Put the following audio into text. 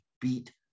beat